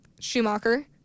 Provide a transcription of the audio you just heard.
Schumacher